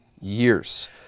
years